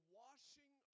washing